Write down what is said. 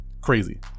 crazy